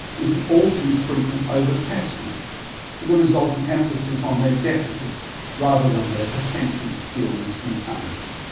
is the all too frequent over-testing with the resulting emphasis on their deficits rather than their potential skills and talents.